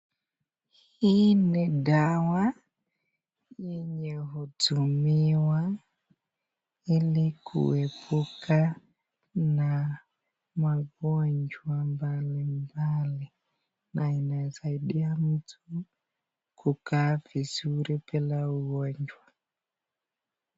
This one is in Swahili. Hii ni dawa yenye hutumiwa ili kuepuka na magonjwa mbalimbali na inasaidia mtu kukaa vizuri bila ugonjwa.